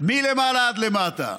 מלמעלה עד למטה,